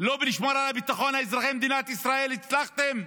בלשמור על ביטחון אזרחי מדינת ישראל לא הצלחתם,